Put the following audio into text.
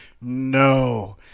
no